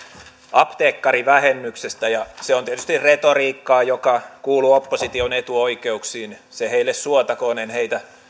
apteekkarivähennyksestä ja se on tietysti retoriikkaa joka kuuluu opposition etuoikeuksiin se heille suotakoon en heitä